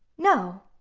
no,